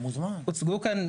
הוצגו כאן,